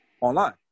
online